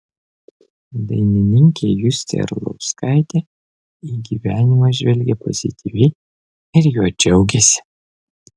dainininkė justė arlauskaitė į gyvenimą žvelgia pozityviai ir juo džiaugiasi